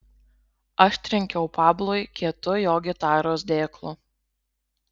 aš trenkiau pablui kietu jo gitaros dėklu